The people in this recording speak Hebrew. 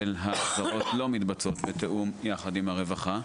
ההחזרות לא מתבצעות בתיאום יחד עם הרווחה,